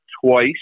twice